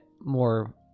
more